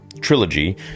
trilogy